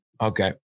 Okay